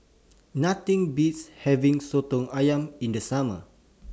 Nothing Beats having Soto Ayam in The Summer